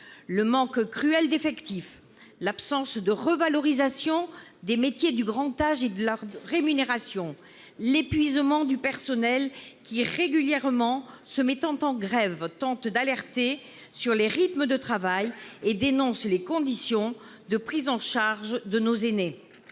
le manque cruel d'effectifs, sur l'absence de revalorisation des métiers du grand âge et des rémunérations, et sur l'épuisement du personnel, qui, régulièrement, en se mettant en grève, tente d'alerter sur les rythmes de travail et dénonce les conditions de prise en charge de nos aînés.